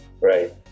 Right